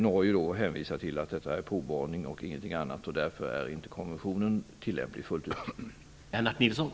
Norge hänvisar till att det är provborrning och ingenting annat och att konventionen därför inte fullt ut är tillämplig.